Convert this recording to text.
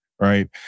Right